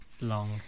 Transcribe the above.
Long